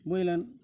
বুঝলেন